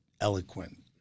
eloquent